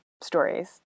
stories